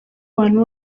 abantu